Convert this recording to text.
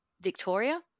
Victoria